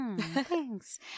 Thanks